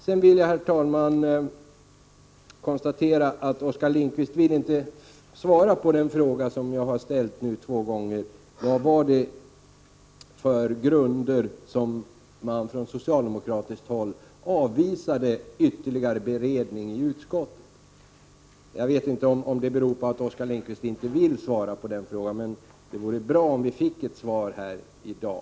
Sedan vill jag, herr talman, konstatera att Oskar Lindkvist inte vill svara på den fråga som jag har ställt två gånger: På vilka grunder avvisade man från socialdemokratiskt håll ytterligare beredning i utskottet? Jag vet inte om Oskar Lindkvist inte svarar på frågan för att han inte vill, men det vore bra om vi fick ett svar här i dag.